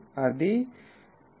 ఇది 16